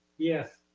yes,